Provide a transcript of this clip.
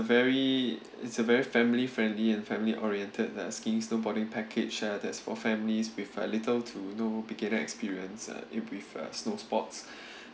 very it's a very family-friendly and family oriented uh skiing snowboarding package uh that's for families with uh little to no beginner experience uh uh snow sports